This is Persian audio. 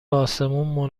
آسمون